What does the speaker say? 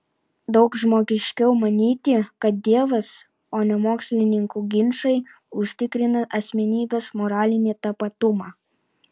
daug žmogiškiau manyti kad dievas o ne mokslininkų ginčai užtikrina asmenybės moralinį tapatumą